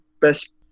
best